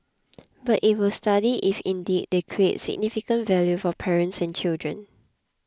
but it will study if indeed they create significant value for parents and children